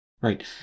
Right